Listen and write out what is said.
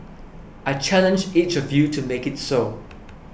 I challenge each of you to make it so